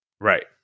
Right